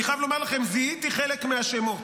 אני חייב לומר לכם, זיהיתי חלק מהשמות.